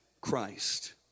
Christ